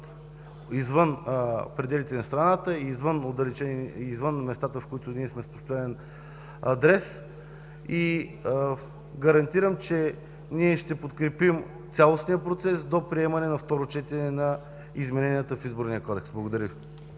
извън пределите на страната и извън местата, в които сме с постоянен адрес. Гарантирам, че ние ще подкрепим цялостния процес до приемане на второ четене на измененията в Изборния кодекс. Благодаря.